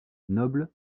nobles